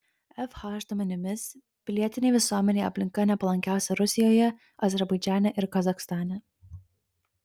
fh duomenimis pilietinei visuomenei aplinka nepalankiausia rusijoje azerbaidžane ir kazachstane